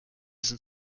sind